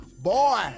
boy